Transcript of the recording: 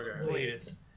latest